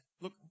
look